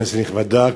כנסת נכבדה,